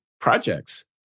projects